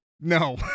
No